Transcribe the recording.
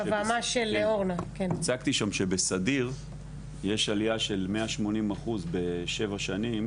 הצגתי שם שבסדיר יש עלייה של 180% בשבע שנים